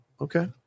Okay